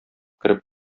кереп